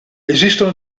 esistono